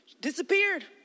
Disappeared